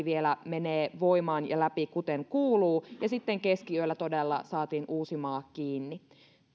vielä menee voimaan ja läpi kuten kuuluu ja sitten keskiyöllä todella saatiin uusimaa kiinni